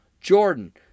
Jordan